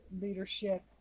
leadership